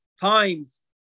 times